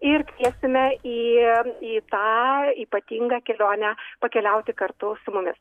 ir kviesime į į tą ypatingą kelionę pakeliauti kartu su mumis